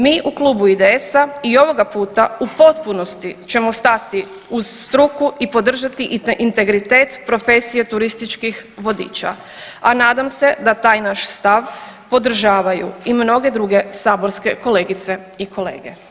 Mi u Klubu IDS-a i ovoga puta u potpunosti ćemo stati uz struku i podržati integritet profesije turističkih vodiča, a nadam se da taj naš stav podržavaju i mnoge druge saborske kolegice i kolege.